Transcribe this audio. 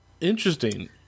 Interesting